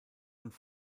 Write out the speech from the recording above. und